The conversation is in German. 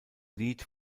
lied